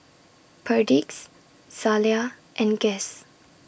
Perdix Zalia and Guess